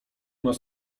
nas